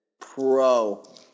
Pro